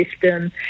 system